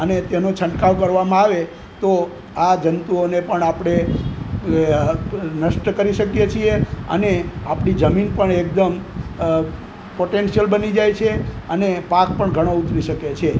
અને તેનો છંટકાવ કરવામાં આવે તો આ જંતુઓને પણ આપણે નષ્ટ કરી શકીએ છે અને આપણી જમીન પણ એકદમ પોટેનશિયલ બની જાય છે અને પાક પણ ઘણો ઉતરી શકે છે